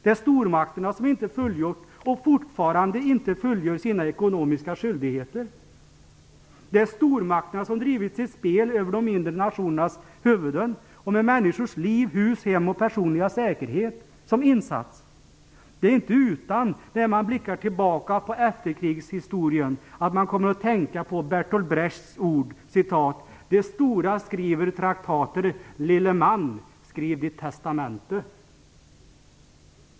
Det är stormakterna som inte fullgjort, och fortfarande inte fullgör, sina ekonomiska skyldigheter. Det är stormakterna som har drivit sitt spel över de mindre nationernas huvuden med människors liv, hus, hem och personliga säkerhet som insats. Det är när man blickar tillbaka på efterkrigshistorien inte utan att man kommer att tänka på Bertolt Brechts ord: "De stora skriver traktater. Lille man skriv ditt testamente."